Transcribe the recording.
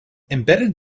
embedded